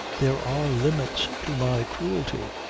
there are limits to my cruelty.